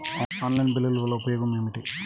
Online బిల్లుల వల్ల ఉపయోగమేమిటీ?